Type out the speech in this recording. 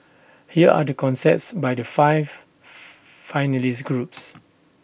here are the concepts by the five finalist groups